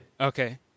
Okay